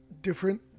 different